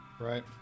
Right